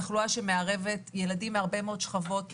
תחלואה שמערבת ילדים מהרבה מאוד שכבות,